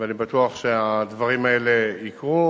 ואני בטוח שהדברים האלה יקרו,